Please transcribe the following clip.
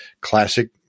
classic